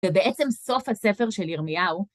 ובעצם סוף הספר של ירמיהו.